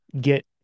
get